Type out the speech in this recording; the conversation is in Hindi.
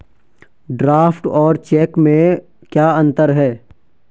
ड्राफ्ट और चेक में क्या अंतर है?